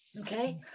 okay